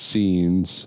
Scenes